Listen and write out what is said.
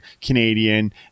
Canadian